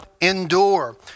endure